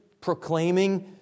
proclaiming